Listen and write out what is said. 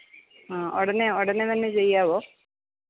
ആ ഉടനെ ഉടനെ തന്നെ ചെയ്യാവോ